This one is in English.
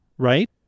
Right